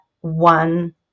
one